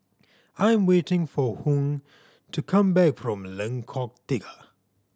I'm waiting for Hung to come back from Lengkok Tiga